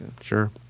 Sure